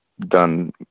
done